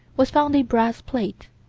was found a brass plate,